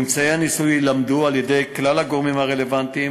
ממצאי הניסוי יילמדו על-ידי כלל הגורמים הרלוונטיים